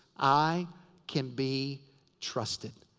i can be trusted.